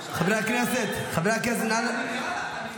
--- חברי הכנסת, חבר